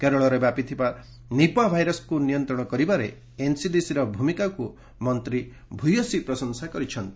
କେରଳରେ ବ୍ୟାପିଥିବା ନିପ୍ସା ଭାଇରସ୍କୁ ନିୟନ୍ତ୍ରଣ କରିବାରେ ଏନ୍ସିଡିସିର ଭ୍ରମିକାକୁ ମନ୍ତ୍ରୀ ପ୍ରଶଂସା କରିଛନ୍ତି